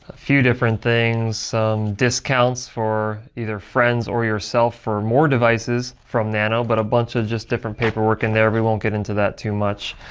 few different things, some discounts for either friends or yourself for more devices from nano, but a bunch of just different paperwork in there. we won't get into that too much.